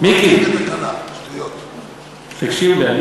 מיקי, תקשיב לי.